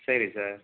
சரி சார்